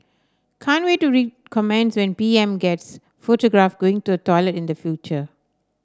can't wait to read comments when P M gets photographed going to toilet in the future